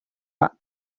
pak